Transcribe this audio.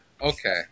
Okay